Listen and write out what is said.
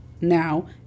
now